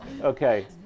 Okay